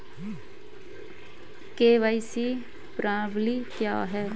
KYC प्रश्नावली क्या है?